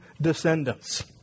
descendants